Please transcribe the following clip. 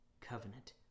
covenant